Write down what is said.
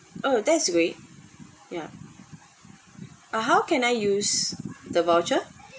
oh that's great yeah uh how can I use the voucher